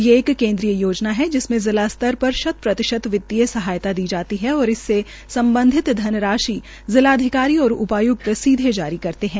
ये एक केन्द्रीय योजना है जिसमें जिला स्तर पर शत प्रतिशत वितीय सहायता दी जाती है औ इससे सम्बधित धनराशि जिलाधिकारी और उपाय्क्त सीधे जारी करते है